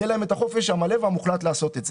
יהיה להם את החופש המלא והמוחלט לעשות את זה.